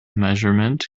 measurement